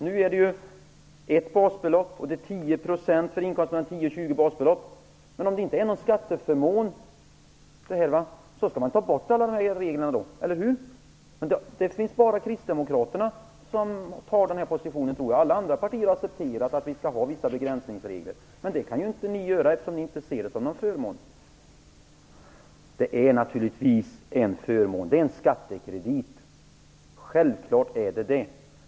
Nu är det ett basbelopp, och det är 10 % för inkomster mellan 10 och 20 basbelopp. Men om det inte är någon skatteförmån kan man ta bort alla dessa regler, eller hur? Det är bara kristdemokraterna som intar den här positionen. Alla andra partier har accepterat att vi skall ha vissa begränsningsregler. Men det kan ju inte ni göra, eftersom ni inte ser det som en förmån. Det är naturligtvis en förmån. Det är en skattekredit - självklart är det så.